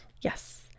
Yes